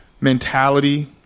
mentality